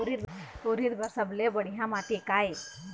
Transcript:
उरीद बर सबले बढ़िया माटी का ये?